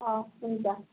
हस् हुन्छ